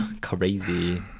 Crazy